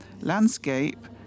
landscape